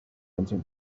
into